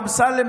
אמסלם,